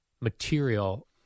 material